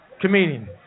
Comedian